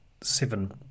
seven